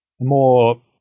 more